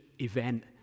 event